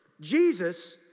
Jesus